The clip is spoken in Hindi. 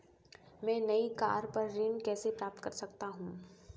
मैं नई कार पर ऋण कैसे प्राप्त कर सकता हूँ?